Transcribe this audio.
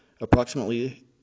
approximately